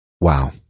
Wow